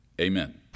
Amen